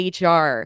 HR